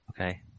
Okay